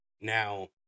Now